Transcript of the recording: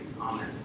Amen